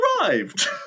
arrived